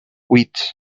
huit